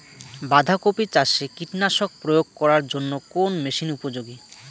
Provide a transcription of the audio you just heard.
বাঁধা কপি চাষে কীটনাশক প্রয়োগ করার জন্য কোন মেশিন উপযোগী?